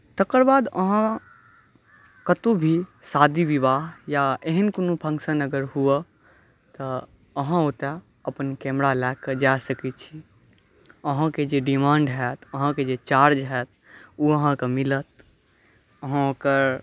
तकर बाद अहाँ कतहुँ भी शादी विवाह या एहन कोनो फंक्शन अगर हुए तऽ अहाँ ओतऽ अपन कैमरा लऽ के जा सकै छी अहाॅंके जे डिमाण्ड होयत अहाॅंके जे चार्ज होयत ओ अहाँके मिलत अहाँ ओकर